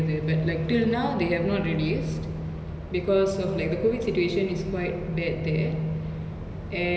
and I mean ya lah it makes sense like it wouldn't be wise to go and release it now because people will definitely flock to the theatres